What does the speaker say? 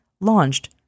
launched